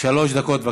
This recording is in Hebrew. שלוש דקות.